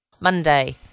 Monday